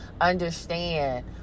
understand